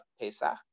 Pesach